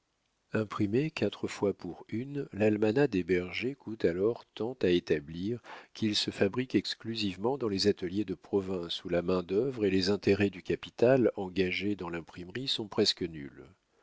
imprimé quatre fois pour une l'almanach des bergers coûte alors tant à établir qu'il se fabrique exclusivement dans les ateliers de province où la main d'œuvre et les intérêts du capital engagé dans l'imprimerie sont presque nuls